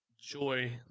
joy